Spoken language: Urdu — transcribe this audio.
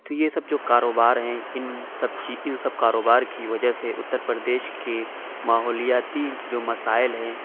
تو یہ سب جو کاروبار ہیں ان سب ان سب کاروبار کی وجہ سے اتر پردیش کے ماحولیاتی جو مسائل ہیں